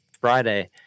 Friday